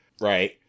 right